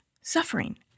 suffering